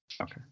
Okay